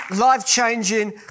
life-changing